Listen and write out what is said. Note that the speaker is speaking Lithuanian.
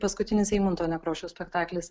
paskutinis eimunto nekrošiaus spektaklis